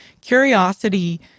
curiosity